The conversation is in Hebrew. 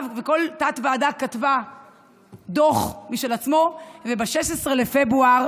כל תת-ועדה כתבה דוח משל עצמה, וב-16 בפברואר